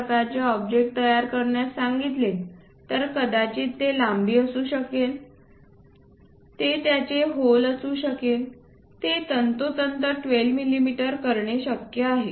प्रकारचे ऑब्जेक्ट तयार करण्यास सांगितले तर कदाचित ते लांबी असू शकेल ते त्याचे होल असू शकेल ते तंतोतंत 12 मिमी करणे शक्य आहे